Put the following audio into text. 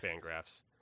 Fangraphs